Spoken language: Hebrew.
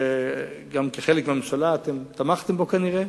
שכחלק מהממשלה גם תמכתם בה, כנראה.